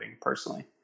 personally